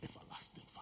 Everlasting